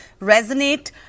resonate